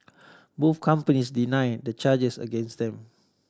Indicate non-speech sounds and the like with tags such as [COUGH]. [NOISE] both companies deny the charges against them